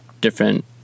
different